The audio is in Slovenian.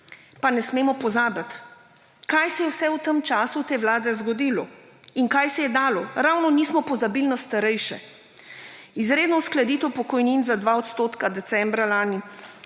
Pa ne smemo pozabiti kaj se je vse v tem času te vlade zgodilo in kaj se je dalo. Ravno nismo pozabili na starejše. Izredno uskladitev pokojnin za 2 % decembra lani